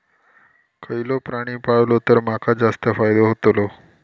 खयचो प्राणी पाळलो तर माका जास्त फायदो होतोलो?